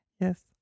Yes